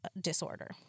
disorder